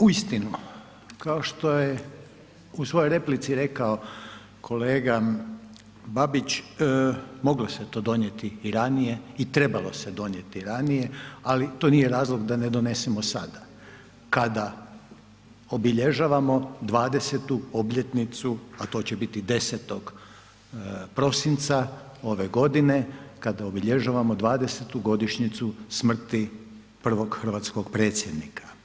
Uistinu kao što je u svojoj replici rekao kolega Babić moglo se to donijeti i ranije i trebalo se donijeti ranije, ali to nije razlog da ne donesemo sada kada obilježavamo 20. obljetnicu, a to će biti 10. prosinca ove godine kada obilježavamo 20. godišnjicu smrti prvog hrvatskog predsjednika.